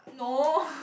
no